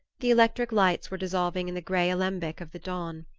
the electric lights were dissolving in the gray alembic of the dawn.